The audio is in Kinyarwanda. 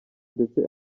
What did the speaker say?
ndetse